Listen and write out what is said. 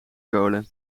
kolen